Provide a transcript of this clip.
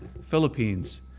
Philippines